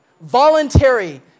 voluntary